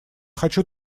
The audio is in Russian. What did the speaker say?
хочу